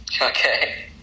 Okay